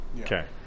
Okay